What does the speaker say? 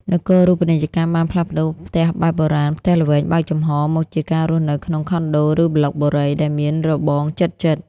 នគរូបនីយកម្មបានផ្លាស់ប្តូរផ្ទះបែបបុរាណ ផ្ទះល្វែងបើកចំហរ មកជាការរស់នៅក្នុង Condos ឬប្លុកបុរី ដែលមានរបងជិតៗ។